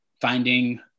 finding